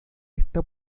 está